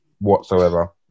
whatsoever